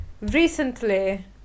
recently